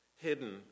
hidden